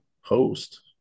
host